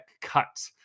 cut